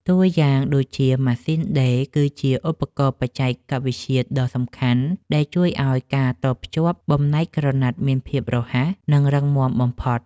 តួយ៉ាងដូចជា ម៉ាស៊ីនដេរគឺជាឧបករណ៍បច្ចេកវិទ្យាដ៏សំខាន់ដែលជួយឱ្យការតភ្ជាប់បំណែកក្រណាត់មានភាពរហ័ស និងរឹងមាំបំផុត។